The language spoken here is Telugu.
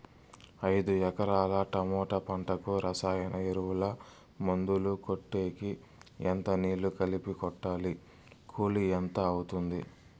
ఐదు ఎకరాల టమోటా పంటకు రసాయన ఎరువుల, మందులు కొట్టేకి ఎంత నీళ్లు కలిపి కొట్టాలి? కూలీ ఎంత అవుతుంది?